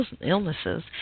illnesses